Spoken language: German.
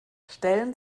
stellen